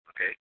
Okay